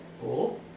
four